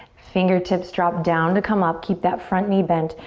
fingertips drop down to come up. keep that front knee bent.